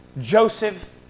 Joseph